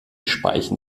speichen